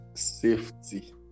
safety